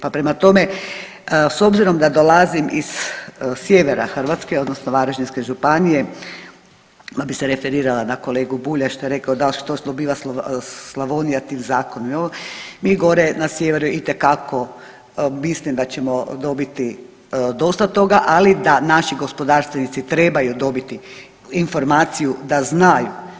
Pa prema tome, s obzirom da dolazim iz sjevera Hrvatske odnosno Varaždinske županije onda bi se referirala na kolegu Bulja dal što dobiva Slavonija tim zakonom, mi gore na sjeveru itekako mislim da ćemo dobiti dosta toga, ali da naši gospodarstvenici trebaju dobiti informaciju da znaju.